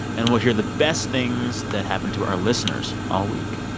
and we'll hear the best things that happened to our listeners all week